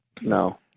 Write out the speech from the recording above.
No